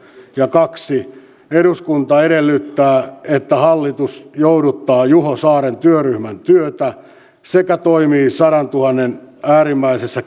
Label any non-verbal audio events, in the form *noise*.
kaksi eduskunta edellyttää että hallitus jouduttaa juho saaren työryhmän työtä sekä toimii sadantuhannen äärimmäisessä *unintelligible*